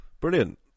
brilliant